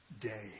day